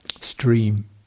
stream